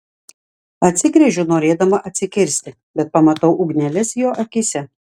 atsigręžiu norėdama atsikirsti bet pamatau ugneles jo akyse